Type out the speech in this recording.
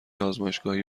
آزمایشگاهی